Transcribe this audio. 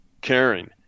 caring